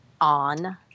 on